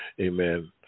Amen